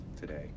today